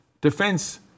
defense